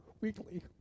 weekly